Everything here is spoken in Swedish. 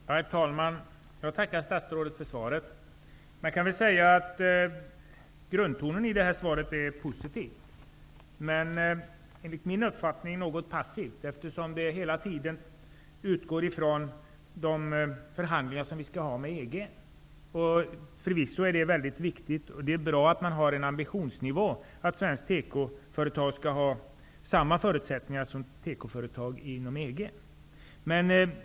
Herr talman! Jag tackar statsrådet för svaret. Grundtonen i svaret är positiv, men enligt min uppfattning är svaret något passivt, eftersom det hela tiden utgår från de förhandlingar som vi skall ha med EG. Förvisso är det mycket viktigt, och det är bra att man har ambitionsnivån att svenska tekoföretag skall ha samma förutsättningar som tekoföretag inom EG.